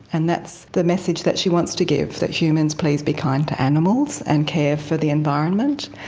and that's the message that she wants to give, that humans, please be kind to animals and care for the environment.